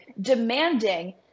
demanding